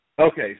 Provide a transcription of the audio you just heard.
Okay